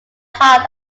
heart